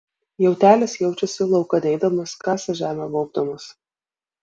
jautelis jaučiasi laukan eidamas kasa žemę baubdamas